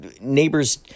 neighbors